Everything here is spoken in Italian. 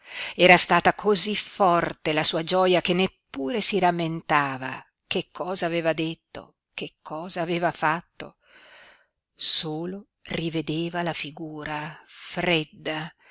era stata cosí forte la sua gioia che neppure si rammentava che cosa aveva detto che cosa aveva fatto solo rivedeva la figura fredda